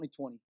2020